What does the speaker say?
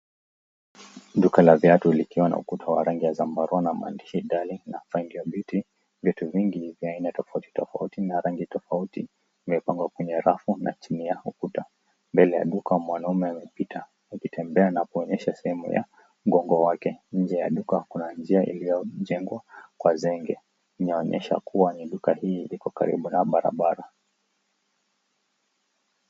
Duka la viatu likiwa na ukuta wa rangi ya zambarau na maandishi Darling na find your beauty . Viatu vingi vya aina tofauti tofauti na rangi tofauti, vimepangwa kwenye rafu na chini ya ukuta. Mbele ya duka, mwanaume amepita akitembea na kuonyesha sehemu ya mgongo wake. Nje ya duka, kuna njia iliyojengwa kwa zenge, ikionyesha kuwa ni duka hii iko karibu na barabara.